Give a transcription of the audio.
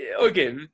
okay